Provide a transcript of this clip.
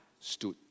stood